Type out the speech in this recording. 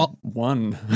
one